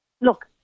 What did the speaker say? look